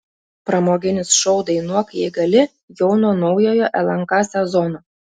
pramoginis šou dainuok jei gali jau nuo naujojo lnk sezono